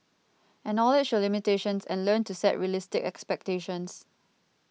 acknowledge your limitations and learn to set realistic expectations